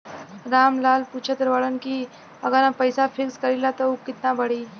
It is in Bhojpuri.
राम लाल पूछत बड़न की अगर हम पैसा फिक्स करीला त ऊ कितना बड़ी?